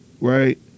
right